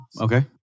Okay